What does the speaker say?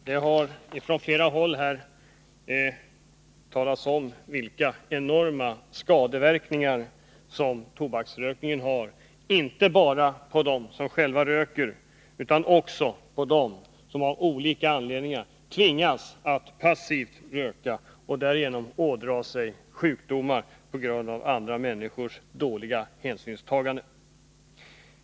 Herr talman! Man har från flera håll talat om vilka enorma skadeverkningar tobaksrökningen medför, inte bara för dem som röker utan också för dem som av olika anledningar tvingas till passiv rökning och som därigenom ådrar sig sjukdomar på grund av rökares brist på hänsynstagande.